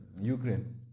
Ukraine